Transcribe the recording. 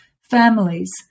families